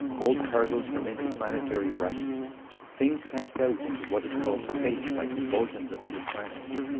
old cargoes from inter-planetary wrecks things cast out into what is called space by convulsions of other planets,